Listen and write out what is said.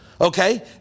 Okay